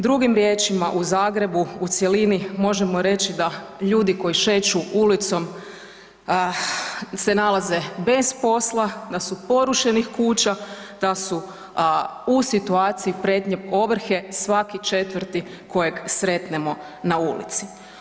Drugim riječima, u Zagrebu u cjelini možemo reći da ljudi koji šeću ulicom se nalaze bez posla, da su porušenih kuća, da su u situaciji prijetnje ovrhe svaki četvrti kojeg sretnemo na ulici.